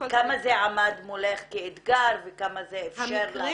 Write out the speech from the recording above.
כמה זה עמד מולך כאתגר וכמה זה אפשר לך.